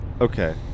Okay